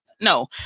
No